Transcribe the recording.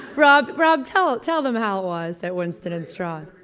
rob, rob, tell tell them how it was at winston and strawn.